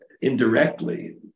indirectly